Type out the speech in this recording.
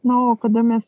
na o kada mes